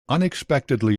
unexpectedly